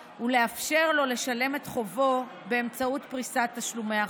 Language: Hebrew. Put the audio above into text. ולאפשר לו לשלם את חובו באמצעות פריסת תשלומי החוב.